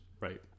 Right